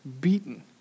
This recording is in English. beaten